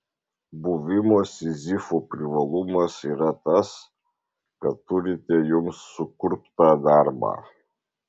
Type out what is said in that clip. buvimo sizifu privalumas yra tas kad turite jums sukurptą darbą